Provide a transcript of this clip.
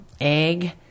egg